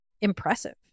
impressive